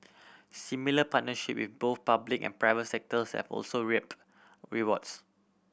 similar partnership with both public and private sectors have also reaped rewards